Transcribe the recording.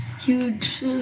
huge